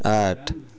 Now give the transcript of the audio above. आठ